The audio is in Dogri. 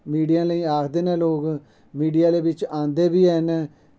मिडिया आह्लें गी आखदे न लोग मिडिया ओह्ले बिच्च आंदे बी हैन